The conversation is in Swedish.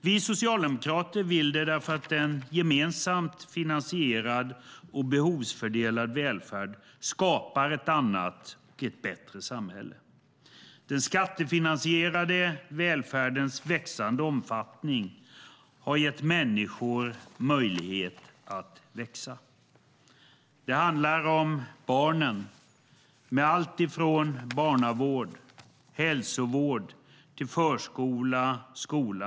Vi socialdemokrater vill det därför att en gemensamt finansierad och behovsfördelad välfärd skapar ett annat och ett bättre samhälle. Den skattefinansierade välfärdens växande omfattning har gett människor möjlighet att växa. Det handlar om barnen med alltifrån barnavård och hälsovård till förskola och skola.